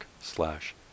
slash